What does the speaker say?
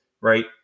right